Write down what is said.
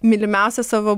mylimiausią savo